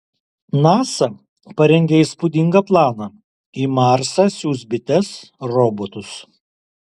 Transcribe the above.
nasa parengė įspūdingą planą į marsą siųs bites robotus